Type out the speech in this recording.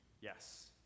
Yes